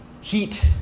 Heat